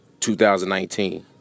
2019